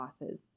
losses